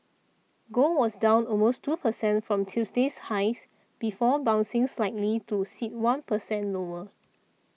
gold was down almost two percent from Tuesday's highs before bouncing slightly to sit one percent lower